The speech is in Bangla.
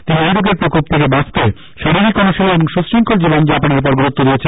তিনি এই রোগের প্রকোপ থেকে বাঁচতে শারীরিক অনুশীলন ও সুশৃঙ্খল জীবন যাপনের উপর গুরুত্ব দিয়েছেন